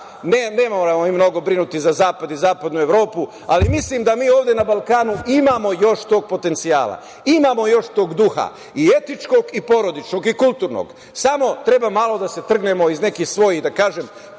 Ne moramo mi mnogo brinuti za Zapad i Zapadnu Evropu, ali mislim da mi ovde na Balkanu imamo još tog potencijala, imamo još tog duha i etičkog, i porodičnog i kulturnog, samo treba malo da se trgnemo iz nekih svojih, da kažem,